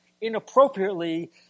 inappropriately